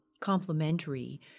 complementary